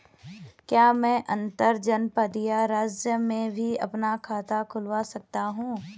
क्या मैं अंतर्जनपदीय राज्य में भी अपना खाता खुलवा सकता हूँ?